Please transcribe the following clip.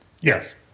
Yes